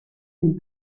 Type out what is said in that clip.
del